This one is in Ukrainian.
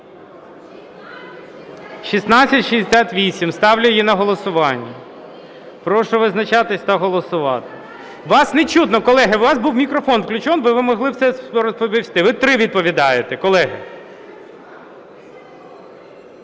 1668, ставлю її на голосування. Прошу визначатися та голосувати. Вас не чутно, колеги. У вас був би мікрофон включений, ви могли би все розповісти. Ви три відповідаєте, колеги.